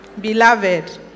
beloved